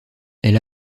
elle